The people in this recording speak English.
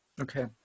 okay